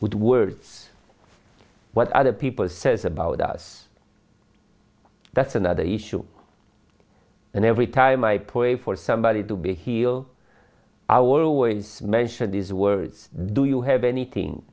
with words what other people says about us that's another issue and every time i pray for somebody to be heal our ways mention these words do you have anything